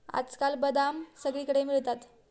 आजकाल बदाम सगळीकडे मिळतात